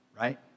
right